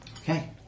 Okay